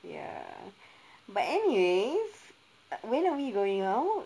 ya but anyways uh when are we going out